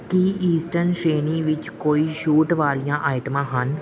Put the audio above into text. ਕੀ eastern ਸ਼੍ਰੇਣੀ ਵਿੱਚ ਕੋਈ ਛੂਟ ਵਾਲੀਆਂ ਆਈਟਮਾਂ ਹਨ